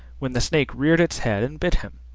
when the snake reared its head and bit him.